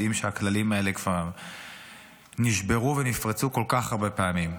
יודעים שהכללים האלה כבר נשברו ונפרצו כל כך הרבה פעמים.